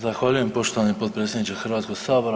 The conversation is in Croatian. Zahvaljujem poštovani potpredsjedniče Hrvatskog sabora.